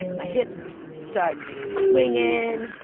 my hips start swingin',